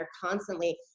constantly